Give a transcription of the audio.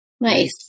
Nice